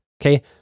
Okay